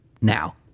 now